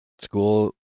School